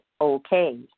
okay